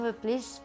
please